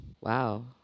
wow